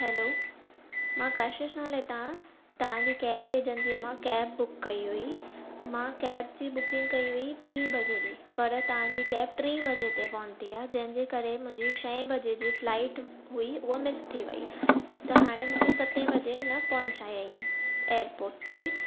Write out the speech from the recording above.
hello मां कशिश नाले तां तव्हां जे कैब एजेंसीअ मां कैब बुक कई हुई मां कैब जी बुकिंग कई हुई ॿीं वजे जी पर तव्हां जी कैब टीं वजे ते पहुंती आहे जंहिं जे करे मुंहिंजी छहें वजे जी फ्लाइट हुई उहा मिस थी वई त हाणे मूंखे सते वजे न पहुंचायाईं एयरपोर्ट ते